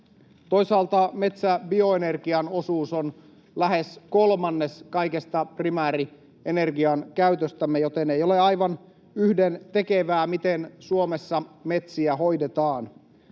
Toisaalta metsäbio-energian osuus on lähes kolmannes kaikesta primäärienergian käytöstämme, joten ei ole aivan yhdentekevää, miten Suomessa metsiä hoidetaan.